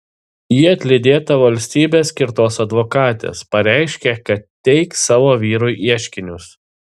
ji atlydėta valstybės skirtos advokatės pareiškė kad teiks savo vyrui ieškinius